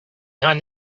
behind